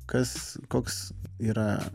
kas koks yra